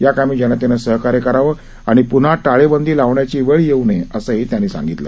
या कामी जनतेनं सहकार्य करावं आणि पन्हा टाळेबंदी लावण्याची वेळ येऊ नये असंही त्यांनी सागितलं